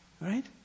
Right